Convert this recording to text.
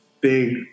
big